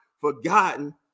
forgotten